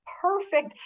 perfect